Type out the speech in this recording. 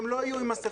הם לא יהיו עם מסכות.